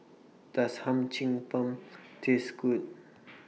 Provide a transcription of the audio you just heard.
Does Hum Chim Peng Taste Good